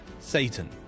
Satan